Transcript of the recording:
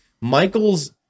Michaels